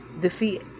defeat